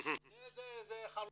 זה חלום.